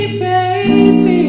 baby